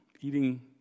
Eating